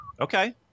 Okay